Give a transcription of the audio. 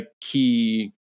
key